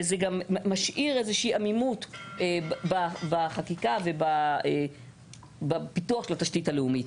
וזה גם משאיר איזו שהיא עמימות בחקיקה ובפיתוח של התשתית הלאומית.